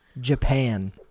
Japan